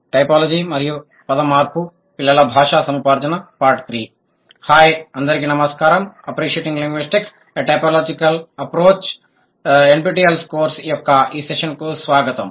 typology మరియు పద మార్పు పిల్లల భాషా సముపార్జన పార్టు 3 హాయ్ అందరికీ నమస్కారం appreciating linguistics a typological approach Appreciating Linguistics A typological approach NPTEL course యొక్క ఈ సెషన్కు స్వాగతం